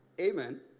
Amen